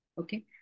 Okay